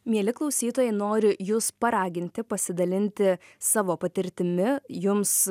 mieli klausytojai noriu jus paraginti pasidalinti savo patirtimi jums